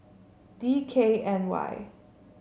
D K N Y